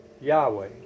Yahweh